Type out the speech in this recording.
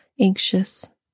anxious